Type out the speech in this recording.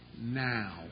now